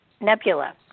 nebula